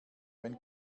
wenn